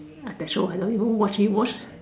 that show I don't even watch and you watch